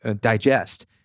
digest